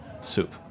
soup